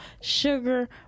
sugar